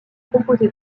composé